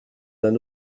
d’un